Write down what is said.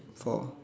for